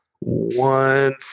one